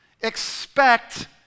expect